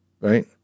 right